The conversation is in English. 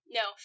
no